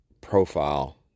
profile